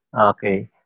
Okay